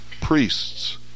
priests